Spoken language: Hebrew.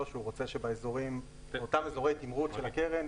והוא רוצה שבאותם אזורי תמרוץ של הקרן,